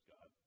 God